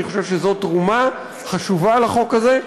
אני חושב שזו תרומה חשובה לחוק הזה.